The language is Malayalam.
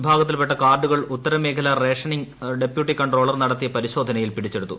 വിഭാഗത്തിൽപ്പെട്ട കാർഡുകൾ ഉത്തരമേഖല റേഷനിങ് ഡെപ്യൂട്ടി കൺട്രോളർ നടത്തിയ പരിശോധനയിൽ പിടിച്ചെടുത്തു